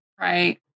Right